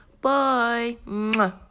Bye